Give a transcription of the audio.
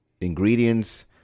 ingredients